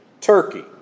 Turkey